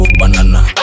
banana